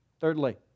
thirdly